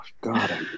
God